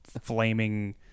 flaming